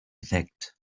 effect